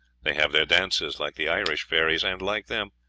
they have their dances, like the irish fairies and, like them,